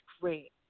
great